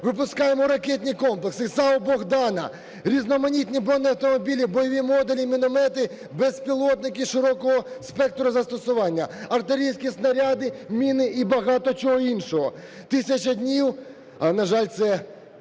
випускаємо ракетні комплекси і саме "Богдана", різноманітні бронеавтомобілі, бойові модулі, міномети, безпілотники широкого спектру застосування, артилерійські снаряди, міни і багато чого іншого. 1000 днів, на жаль, це